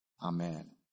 Amen